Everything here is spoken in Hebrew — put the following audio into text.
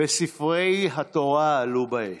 וספרי התורה עלו באש.